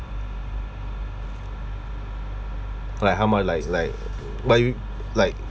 like how much like like why you like